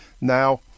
Now